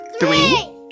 Three